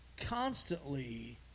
constantly